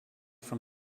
from